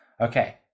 Okay